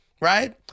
right